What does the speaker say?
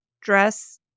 dress